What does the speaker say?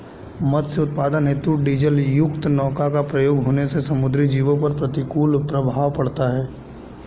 मत्स्य उत्पादन हेतु डीजलयुक्त नौका का प्रयोग होने से समुद्री जीवों पर प्रतिकूल प्रभाव पड़ता है